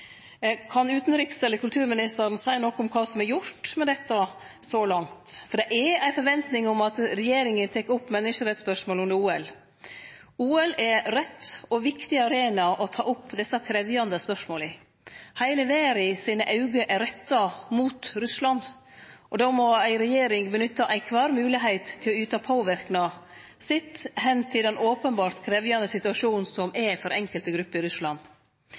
Kan utanriksministeren eller kulturministeren seie noko om kva som er gjort med dette så langt? For det er ei forventning om at regjeringa tek opp menneskerettsspørsmål under OL. OL er rett og viktig arena å ta opp desse krevjande spørsmåla. Heile verda sine auge er retta mot Russland, og då må ei regjering nytte kvar einaste moglegheit til å yte påverknad med omsyn til den openbert krevjande situasjonen som er for enkelte grupper i Russland.